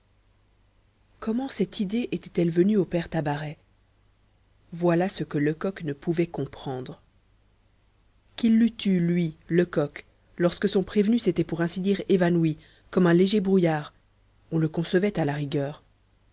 comment cette idée était-elle venue au père tabaret voilà ce que lecoq ne pouvait comprendre qu'il l'eût eue lui lecoq lorsque son prévenu s'était pour ainsi dire évanoui comme un léger brouillard on le concevait à la rigueur